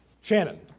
Shannon